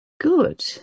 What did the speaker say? Good